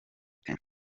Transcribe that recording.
capt